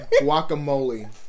Guacamole